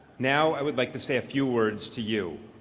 now i would like to say a few words to you,